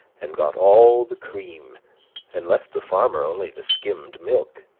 and got all the cream and left the farmer only the skimmed milk.